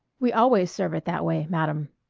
we always serve it that way, madame,